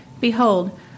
Behold